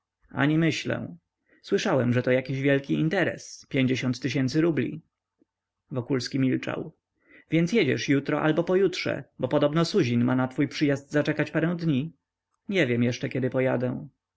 ani myślę słyszałem że to jakiś wielki interes pięćdziesiąt tysięcy rubli wokulski milczał więc jedziesz jutro albo pojutrze bo podobno suzin ma na twój przyjazd zaczekać parę dni nie wiem jeszcze kiedy pojadę